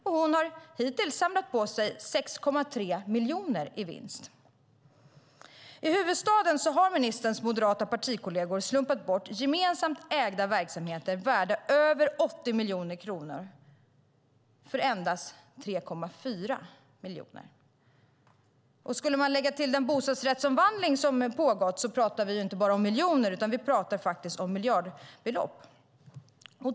Och hon har hittills samlat på sig 6,3 miljoner i vinst. I huvudstaden har ministerns moderata partikolleger slumpat bort gemensamt ägda verksamheter värda över 80 miljoner kronor för endast 3,4 miljoner. Och skulle man lägga till den bostadsrättsomvandling som pågått pratar vi inte bara om miljoner, utan vi pratar faktiskt om miljardbelopp.